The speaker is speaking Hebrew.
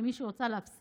אם מישהי רוצה להפסיק,